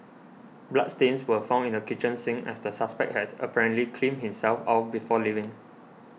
bloodstains were found in the kitchen sink as the suspect has apparently cleaned himself off before leaving